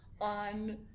on